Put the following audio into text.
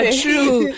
true